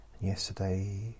Yesterday